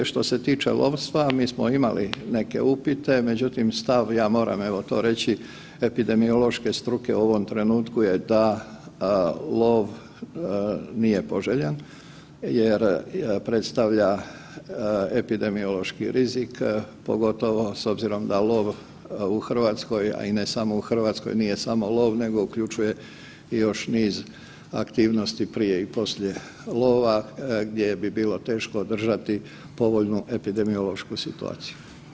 Što se tiče lovstva, mi smo imali neke upite, međutim stav, ja moram evo to reći, epidemiološke struke u ovom trenutku je da lov nije poželjan jer predstavlja epidemiološki rizik, pogotovo s obzirom da lov u Hrvatskoj, a i ne samo u Hrvatskoj nije samo lov nego uključuje i još niz aktivnosti prije i poslije lova gdje bi bilo teško održati povoljnu epidemiološku situaciju.